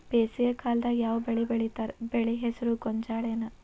ಬೇಸಿಗೆ ಕಾಲದಾಗ ಯಾವ್ ಬೆಳಿ ಬೆಳಿತಾರ, ಬೆಳಿ ಹೆಸರು ಗೋಂಜಾಳ ಏನ್?